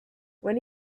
when